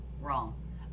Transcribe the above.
wrong